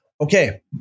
Okay